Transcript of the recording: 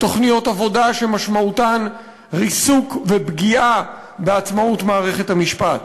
בתוכניות עבודה שמשמעותן ריסוק ופגיעה בעצמאות מערכת המשפט.